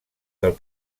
del